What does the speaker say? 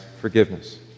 forgiveness